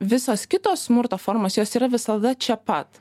visos kitos smurto formos jos yra visada čia pat